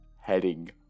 heading